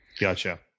Gotcha